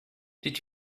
did